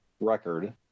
record